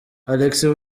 alexis